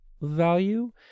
value